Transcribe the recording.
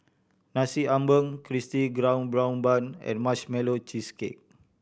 Nasi Ambeng Crispy Golden Brown Bun and Marshmallow Cheesecake